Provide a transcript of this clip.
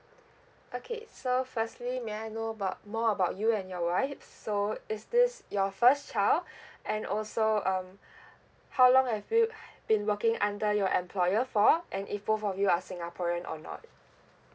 okay so firstly may I know about more about you and your wife so is this your first child and also um how long have you !hais! been working under your employer for and if both of you are singaporean or not